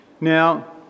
Now